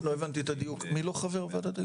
לא הבנתי את הדיוק, מי לא חבר ועדת ההיגוי?